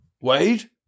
Wade